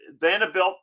Vanderbilt